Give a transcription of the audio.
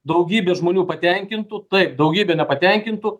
daugybė žmonių patenkintų taip daugybė nepatenkintų